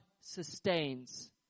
sustains